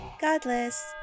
Godless